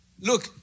look